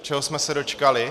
Čeho jsme se dočkali?